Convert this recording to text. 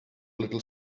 little